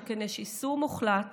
שכן יש איסור מוחלט